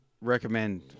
recommend